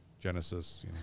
Genesis